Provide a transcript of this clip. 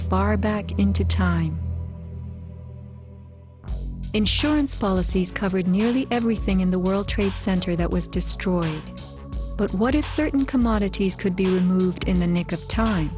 far back into time insurance policies covered nearly everything in the world trade center that was destroyed but what if certain commodities could be moved in the nick of time